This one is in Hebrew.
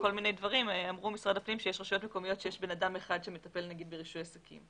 אמר משרד הפנים שיש רשויות מקומיות שיש בן אדם אחד שמטפל ברישוי עסקים.